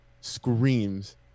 screams